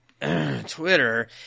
Twitter